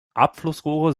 abflussrohre